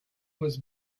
was